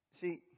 See